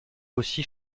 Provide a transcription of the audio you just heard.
aussi